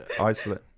isolate